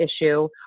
issue